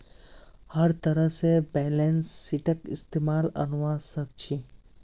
हर तरह से बैलेंस शीटक इस्तेमालत अनवा सक छी